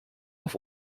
auf